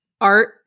art